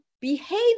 behave